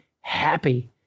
happy